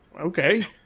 okay